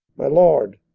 my lord,